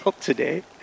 today